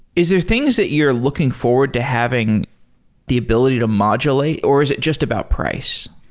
is there things that you're looking forward to having the ability to modulate, or is it just about price?